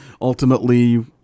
ultimately